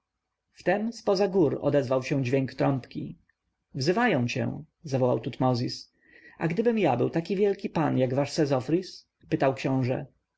wtem z poza gór odezwał się dźwięk trąbki wzywają cię zawołał tutmozis a gdybym ja był taki wielki pan jak wasz sezofris pytał książę